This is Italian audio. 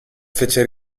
fece